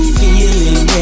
feeling